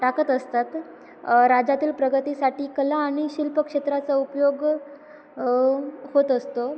टाकत असतात राज्यातील प्रगतीसाठी कला आणि शिल्प क्षेत्राचा उपयोग होत असतो